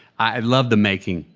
i love the making,